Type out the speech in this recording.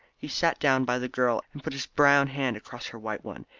he sat down by the girl, and put his brown hand across her white one.